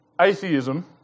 atheism